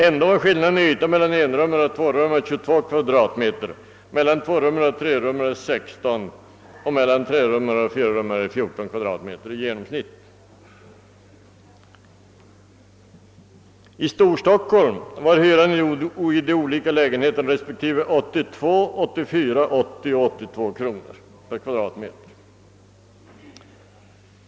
Ändå var skillnaden i yta mellan enrummare och tvårummare 22 kvadratmeter, mellan tvårummare och trerummare 16 kvadratmeter och mellan trerummare och fyrarummare 14 kvadratmeter. I Storstockholm var hyran i genomsnitt i de olika lägenheterna respektive 82, 84, 80 och 82 kronor per kvadratmeter.